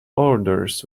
orders